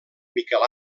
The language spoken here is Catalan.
miquel